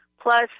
Plus